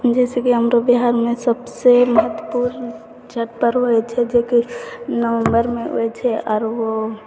जइसे कि हमरऽ बिहारमे सबसे महत्वपूर्ण छठ पर्व हइ छै जेकि नवम्बरमे हुअए छै आओर